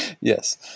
Yes